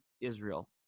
Israel